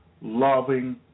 loving